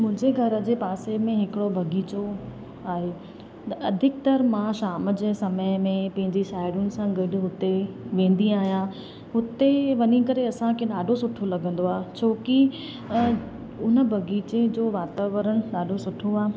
मुंहिंजे घर जे पासे में हिकिड़ो बगीचो आहे अधिकतर मां शाम जे समय में पंहिंजी साहेड़ियुनि सां गॾु हुते वेंदी आहियां हुते वञी करे असांखे ॾाढो सुठो लॻंदो आहे छो कि उन बगीचे जो वातावरण ॾाढो सुठो आहे